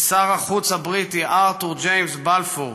משר החוץ הבריטי ארתור ג'יימס בלפור,